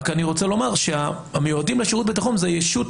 רק שאני רוצה לומר שהמיועדים לשירות ביטחון זו ישות